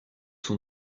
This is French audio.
son